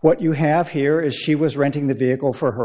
what you have here is she was renting the vehicle for her